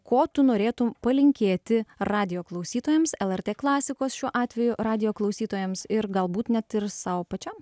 ko tu norėtum palinkėti radijo klausytojams lrt klasikos šiuo atveju radijo klausytojams ir galbūt net ir sau pačiam